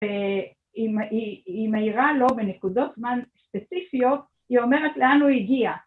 ‫והיא מאירה לו בנקודות זמן ספציפיות, ‫היא אומרת לאן הוא הגיע.